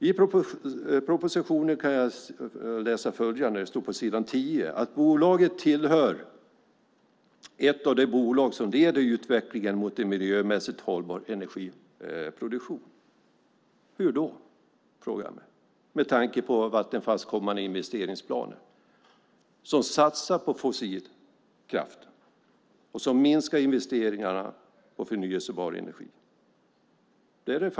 I propositionen står det på s. 10 att bolaget är ett av de bolag som leder utvecklingen mot en miljömässigt hållbar energiproduktion. Hur då? Jag frågar mig detta med tanke på Vattenfalls kommande investeringsplan, där man satsar på fossil kraft och minskar investeringarna i förnybar energi. Det är fakta.